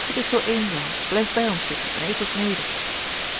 het is zoo eenzaam blijf bij ons zitten en eet wat mede